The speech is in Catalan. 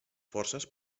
forces